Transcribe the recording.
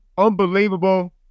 Unbelievable